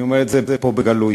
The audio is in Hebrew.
אני אומר את זה פה בגלוי.